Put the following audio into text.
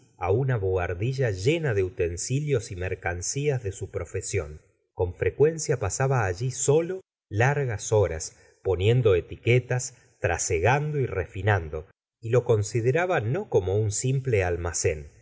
á una bohardilla llena de utensilios y mercancias de su profesión con frecuencia pasaba allí sólo largas horas poniendo etiquetas trasegando y refinando y lo consideraba no como un simple almacén